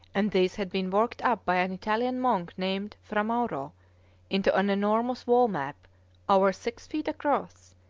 and these had been worked up by an italian monk named fra mauro into an enormous wall-map over six feet across,